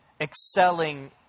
excelling